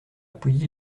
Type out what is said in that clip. pouilly